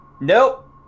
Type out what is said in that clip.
Nope